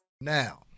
Now